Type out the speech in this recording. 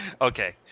Okay